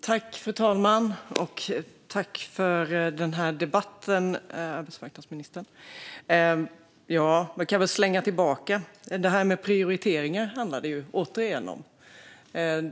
Fru talman! Jag tackar arbetsmarknadsministern för den här debatten. Jag kan väl slänga tillbaka att det återigen handlar om det här med prioriteringar.